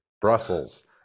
brussels